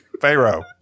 Pharaoh